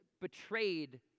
betrayed